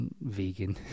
Vegan